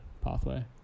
pathway